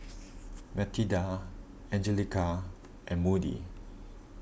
Matilda Angelica and Moody